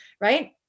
right